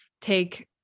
take